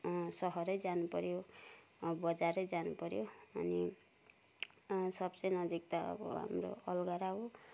सहरै जानुपऱ्यो बजारै जानुपऱ्यो अनि सबसे नजिक त अब हाम्रो अलगढा हो